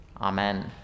Amen